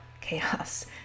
chaos